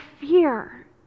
fear